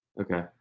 Okay